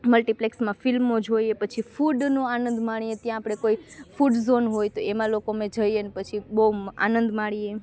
મલ્ટીપ્લેક્સમાં ફિલ્મો જોઈએ પછી ફૂડનો આનંદ માણીએ ત્યાં આપણે કોઈ ફૂડ ઝોન હોય તો એમાં લોકો અમે જઈએ ને પછી બહુ આનંદ માણીએ